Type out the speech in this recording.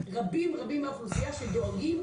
רבים רבים מהאוכלוסייה שדואגים,